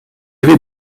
avait